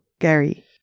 Gary